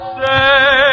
say